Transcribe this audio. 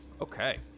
Okay